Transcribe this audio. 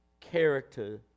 character